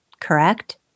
Correct